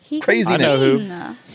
craziness